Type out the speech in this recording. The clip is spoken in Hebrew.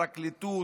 פרקליטות,